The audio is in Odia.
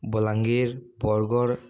ବଲାଙ୍ଗୀର ବରଗଡ଼